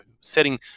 setting